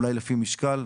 אולי לפי משקל.